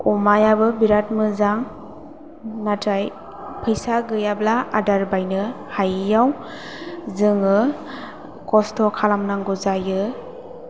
अमायाबो बिरात मोजां नाथाय फैसा गैयाब्ला आदार बायनो हायैयाव जोङो खस्थ' खालामनांगौ जायो